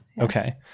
Okay